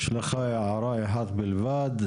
יש לך הערה אחת בלבד.